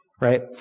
right